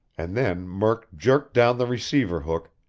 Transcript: and then murk jerked down the receiver hook,